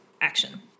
action